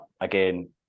again